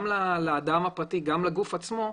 גם לאדם הפרטי ולגם לגוף עצמו,